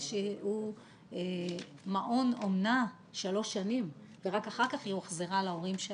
שהוא מעון אומנה שלוש שנים ורק אחר כך היא הוחזרה להורים שלה.